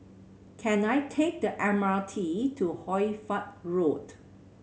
can I take the M R T to Hoy Fatt Road